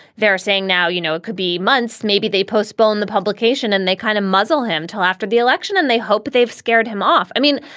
they're saying now, you know, it could be months. maybe they postpone the publication and they kind of muzzle him till after the election and they hope they've scared him off. i mean,